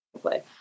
play